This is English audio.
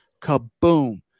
kaboom